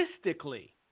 statistically